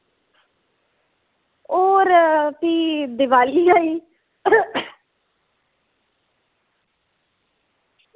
होर भी दिवाली आई